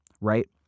right